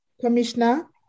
commissioner